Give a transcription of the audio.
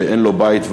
שאין לו בית,